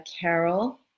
Carol